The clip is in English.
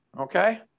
Okay